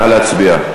נא להצביע.